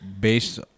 based